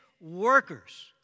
workers